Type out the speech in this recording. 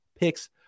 picks